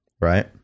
right